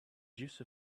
juice